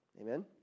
Amen